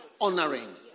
honoring